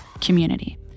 community